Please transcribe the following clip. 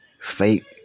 fake